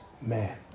man